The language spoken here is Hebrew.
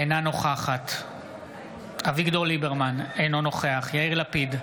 אינה נוכחת אביגדור ליברמן, אינו נוכח יאיר לפיד,